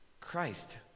christ